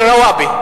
רוואבי.